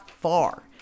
far